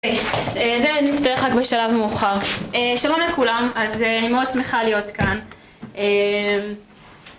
זה נצטרך רק בשלב מאוחר. שלום לכולם, אז אני מאוד שמחה להיות כאן.